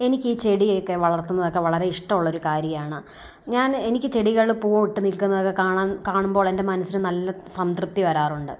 എനിക്ക് ഈ ചെടിയൊക്കെ വളർത്തുന്നതൊക്കെ വളരെ ഇഷ്ടമുള്ള ഒരു കാര്യമാണ് ഞാൻ എനിക്ക് ചെടികൾ പൂവിട്ട് നിൽക്കുന്നത് കാണാൻ കാണുമ്പോൾ എന്റെ മനസ്സിൽ നല്ല സംതൃപ്തി വരാറുണ്ട്